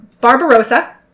Barbarossa